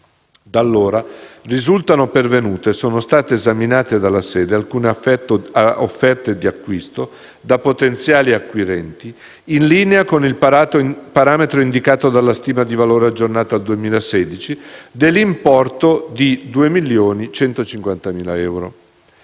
Da allora risultano pervenute e sono state esaminate dalla sede alcune offerte di acquisto presentate da potenziali acquirenti in linea con il parametro indicato dalla stima di valore aggiornata al 2016, dell'importo di 2.150.000 euro.